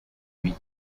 huit